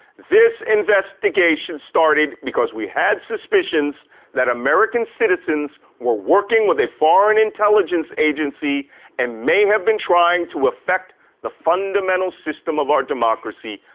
this investigation started because we had suspicions that american citizens were working with a foreign intelligence agency and may have been trying to affect the fundamental system of our democracy,